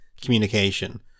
communication